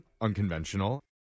unconventional